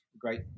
great